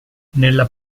nella